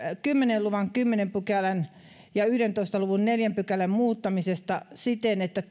kymmenen luvun neljännen pykälän ja yhdentoista luvun neljännen pykälän muuttamisesta siten että